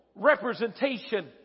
Representation